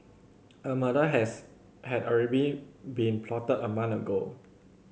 a murder has had already been plotted a month ago